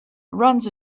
runs